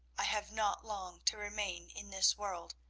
i have not long to remain in this world.